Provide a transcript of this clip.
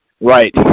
Right